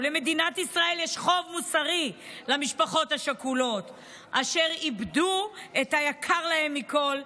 למדינת ישראל יש חוב מוסרי למשפחות השכולות אשר איבדו את היקר להן מכול.